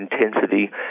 intensity